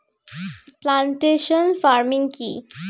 Plantation farming কি?